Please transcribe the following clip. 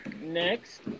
next